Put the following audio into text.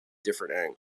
different